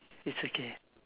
it's okay